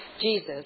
Jesus